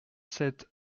sept